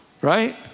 right